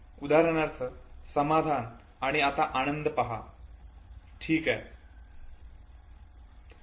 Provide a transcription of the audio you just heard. उदाहरणार्थ समाधान आणि आता आनंद पहा ठीक आहे